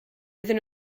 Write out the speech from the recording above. iddyn